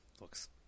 looks